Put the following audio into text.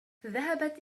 ذهبت